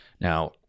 Now